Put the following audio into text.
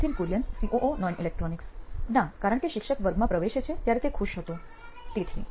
Nithin Kurian COO નોઇન electronics ના કારણ કે શિક્ષક વર્ગમાં પ્રવેશે છે ત્યારે તે ખુશ હતો તેથી